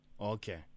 Okay